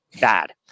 bad